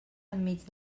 enmig